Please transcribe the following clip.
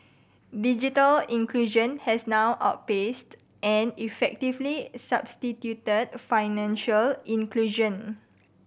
digital inclusion has now outpaced and effectively substituted financial inclusion